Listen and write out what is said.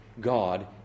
God